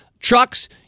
Trucks